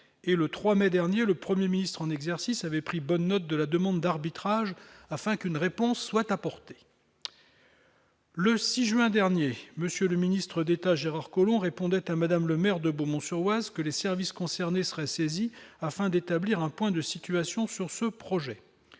et le 3 mai dernier le 1er ministre en exercice avait pris bonne note de la demande d'arbitrage afin qu'une réponse soit apportée, le 6 juin dernier monsieur le ministre d'État, Gérard Collomb, répondait à madame le maire de Beaumont-sur-Oise que les services concernés seraient saisis afin d'établir un point de situation sur ce projet